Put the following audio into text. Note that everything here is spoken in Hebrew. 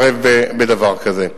להתערב בדבר כזה.